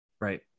Right